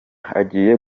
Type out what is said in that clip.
agiye